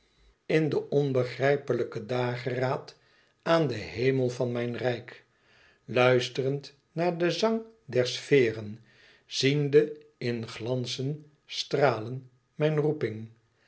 in den onbegrijplijken dageraad aan den hemel van mijn rijk luisterend naar den zang der sferen ziende in glansen stralen mijne roeping